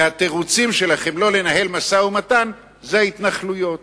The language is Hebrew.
והתירוצים שלכם לא לנהל משא-ומתן זה ההתנחלויות.